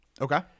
Okay